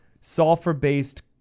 sulfur-based